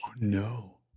no